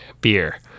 beer